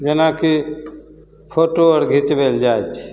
जेनाकि फोटो आओर घिचबैले जाइ छिए